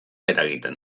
eragiten